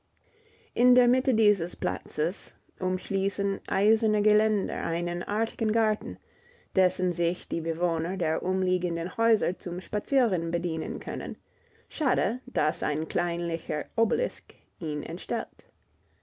in der mitte dieses platzes umschließen eiserne geländer einen artigen garten dessen sich die bewohner der umliegenden häuser zum spazieren bedienen können schade daß ein kleinlicher obelisk ihn entstellt